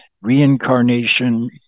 reincarnation